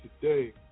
today